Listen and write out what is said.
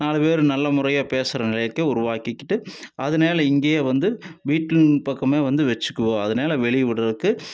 நாலு பேர் நல்ல முறையாக பேசுகிற நிலைக்கு உருவாக்கிக்கிட்டு அதுனால இங்கே வந்து வீட்டின் பக்கம் வந்து வச்சுக்குவோம் அதனால வெளியே விடுறதுக்கு